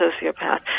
sociopath